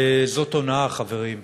וזאת הונאה, חברים.